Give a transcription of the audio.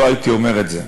לא הייתי אומר את זה.